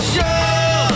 Show